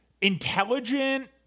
intelligent